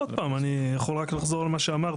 לא, עוד פעם, אני יכול רק לחזור על מה שאמרתי.